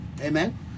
Amen